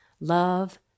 love